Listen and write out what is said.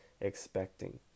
expecting